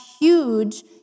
huge